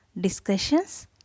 discussions